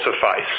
suffice